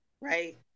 Right